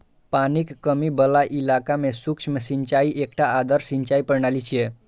पानिक कमी बला इलाका मे सूक्ष्म सिंचाई एकटा आदर्श सिंचाइ प्रणाली छियै